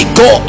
go